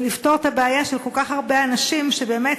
ולפתור את הבעיה של כל כך הרבה אנשים שבאמת